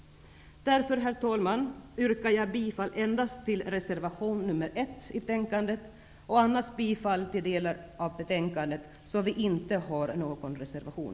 Därför, herr talman, yrkar jag bifall endast till reservation nr 1 och i övrigt bifall till utskottets hemställan.